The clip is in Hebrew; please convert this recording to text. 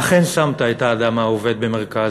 אכן שמת את האדם העובד במרכז,